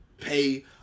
pay